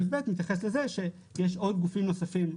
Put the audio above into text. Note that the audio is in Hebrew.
סעיף ב' מתייחס לזה שיש עוד גופים נוספים,